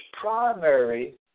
primary